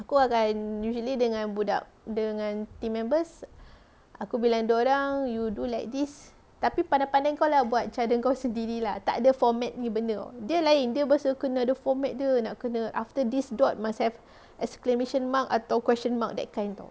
aku akan usually dengan budak dengan team members aku bilang dorang you do like this tapi pandai-pandai kau lah buat cara sendiri lah takde format punya benda [tau] dia lain dia bahasa kena ada format dia nak kena after this dot must have exclamation mark atau question mark that kind [tau]